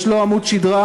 יש לו עמוד שדרה,